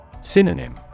Synonym